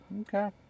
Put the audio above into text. okay